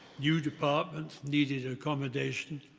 new departments needed accommodation,